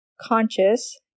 conscious